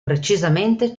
precisamente